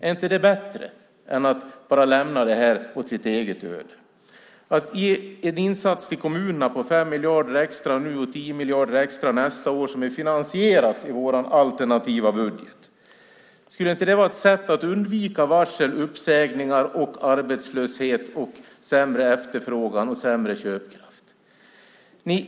Är inte det bättre än att bara lämna detta åt sitt öde? Vi vill göra en insats för kommunerna på 5 miljarder extra nu och 10 miljarder extra nästa år. Det är finansierat i vår alternativa budget. Skulle inte det vara ett sätt att undvika varsel, uppsägningar, arbetslöshet, sämre efterfrågan och sämre köpkraft?